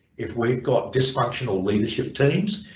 if we've got dysfunctional leadership teams,